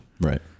Right